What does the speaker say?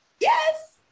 yes